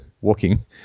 walking